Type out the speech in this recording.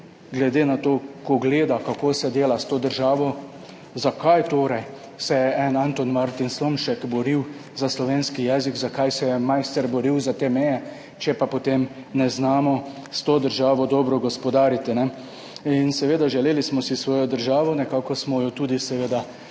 sprašuje, ko gleda, kako se dela s to državo, zakaj torej se je en Anton Martin Slomšek boril za slovenski jezik, zakaj se je Maister boril za te meje, če pa potem ne znamo s to državo dobro gospodariti. Seveda, želeli smo si svojo državo, nekako smo jo tudi dosegli,